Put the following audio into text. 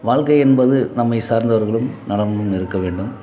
வாழ்க்கை என்பது நம்மை சார்ந்தவர்களும் நலமுன் இருக்க வேண்டும்